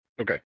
Okay